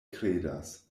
kredas